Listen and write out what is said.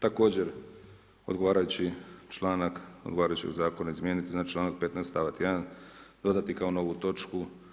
Također odgovarajući članak, odgovarajućeg zakona izmijeniti, znači članak 15., stavak 1. dodati kao novu točku.